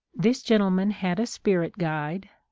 this gentleman had a spirit guide,